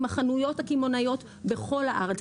עם החנויות הקמעונאיות בכל הארץ.